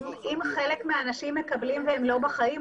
אם חלק מהאנשים מקבלים והם לא בחיים,